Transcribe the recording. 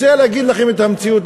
רוצה להגיד לכם את המציאות,